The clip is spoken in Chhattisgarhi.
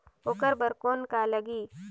ओकर बर कौन का लगी?